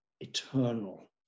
eternal